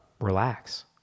relax